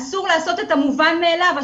אסור לעשות את המובן מאליו,